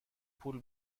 پول